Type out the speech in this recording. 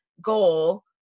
goal